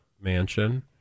mansion